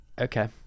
Okay